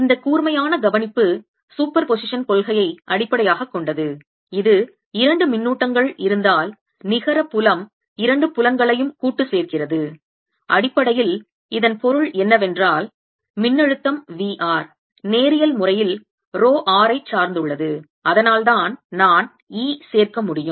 இந்த கூர்மையான கவனிப்பு சூப்பர் போசிஷன் கொள்கையை அடிப்படையாகக் கொண்டது இது இரண்டு மின்னூட்டங்கள் இருந்தால் நிகர புலம் இரண்டு புலங்களையும் கூட்டு சேர்க்கிறது அடிப்படையில் இதன் பொருள் என்னவென்றால்மின்னழுத்தம் V r நேரியல் முறையில் ரோ r ஐச் சார்ந்துள்ளது அதனால்தான் நான் E சேர்க்க முடியும்